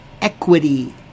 equity